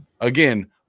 again